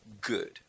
good